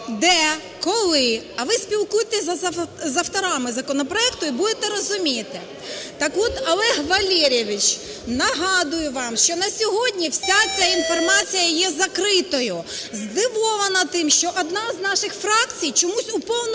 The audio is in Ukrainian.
у залі) А ви спілкуйтесь з авторами законопроекту і будете розуміти. Так от, Олег Валерійович, нагадую вам, що на сьогодні вся ця інформація є закритою. Здивована тим, що одна з наших фракцій чомусь у повному